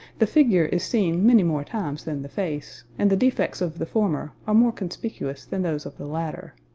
the figure is seen many more times than the face, and the defects of the former are more conspicuous than those of the latter.